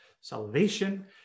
Salvation